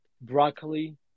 broccoli